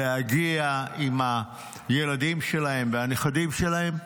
להגיע עם הילדים שלהם והנכדים שלהם.